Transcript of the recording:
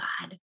God